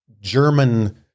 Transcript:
German